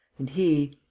and he.